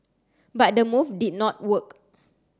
but the move did not work